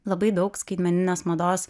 labai daug skaitmeninės mados